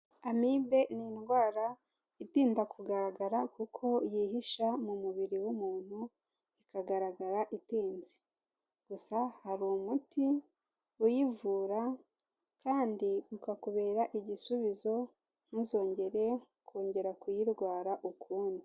Amibe ni indwara itinda kugaragara kuko yihisha mu mubiri w'umuntu ikagaragara itinze, gusa hari umuti uyivura kandi ukakubera igisubizo ntuzongere kongera kuyirwara ukundi.